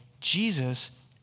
Jesus